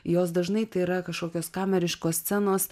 jos dažnai tai yra kažkokios kameriškos scenos